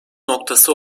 noktası